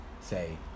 say